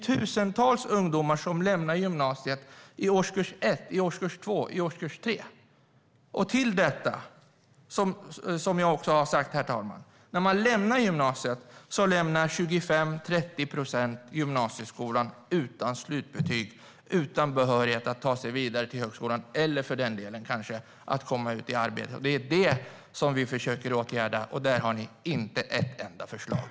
Tusentals ungdomar lämnar gymnasiet i årskurs 1, 2 eller 3. 25-30 procent av dem som lämnar gymnasieskolan gör det utan slutbetyg och utan behörighet att ta sig vidare till högskolan eller utan att komma ut i arbete. Det är vad vi försöker åtgärda, och där har ni inte ett enda förslag.